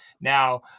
Now